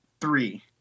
three